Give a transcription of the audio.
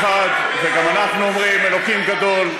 וגם ארצות-הברית הגדולה,